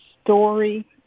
story